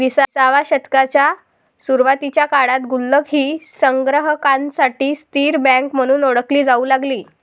विसाव्या शतकाच्या सुरुवातीच्या काळात गुल्लक ही संग्राहकांसाठी स्थिर बँक म्हणून ओळखली जाऊ लागली